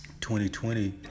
2020